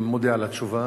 אני מודה על התשובה.